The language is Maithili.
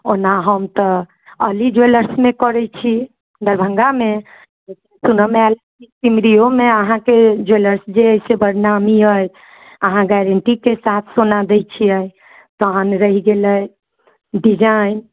ओना हम तऽ अली ज्वेलर्समे करैत छी दरभङ्गामे सुनयमे आयल कि सिमरीयोमे अहाँके ज्वेलर्स जे अछि से बड़ नामी अइ अहाँ गारण्टीके साथ सोना दैत छियै तखन रहि गेलै डिजाइन